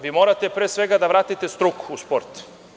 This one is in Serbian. Vi morate pre svega da vratite struku u sport.